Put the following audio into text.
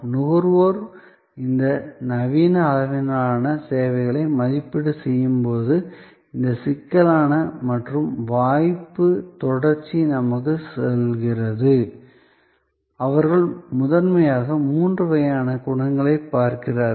நுகர்வோர் இந்த நவீன அளவிலான சேவைகளை மதிப்பீடு செய்யும் போது இந்த சிக்கலான மற்றும் வாய்ப்பு தொடர்ச்சி நமக்கு சொல்கிறது அவர்கள் முதன்மையாக மூன்று வகையான குணங்களைப் பார்க்கிறார்கள்